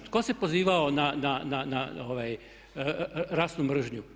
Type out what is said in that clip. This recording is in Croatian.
Tko se pozivao na rasnu mržnju?